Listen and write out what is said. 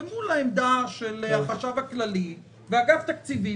למול העמדה של החשב הכללי ואגף תקציבים,